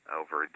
over